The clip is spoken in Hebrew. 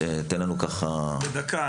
בדקה,